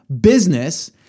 business